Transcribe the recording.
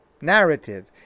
narrative